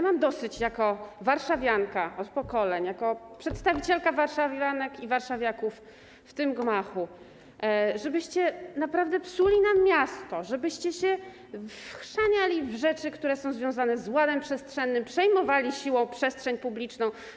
Mam dosyć jako warszawianka od pokoleń, jako przedstawicielka warszawianek i warszawiaków w tym gmachu, tego, żebyście psuli nam miasto, żebyście się wchrzaniali w rzeczy, które są związane z ładem przestrzennym, przejmowali siłą przestrzeń publiczną.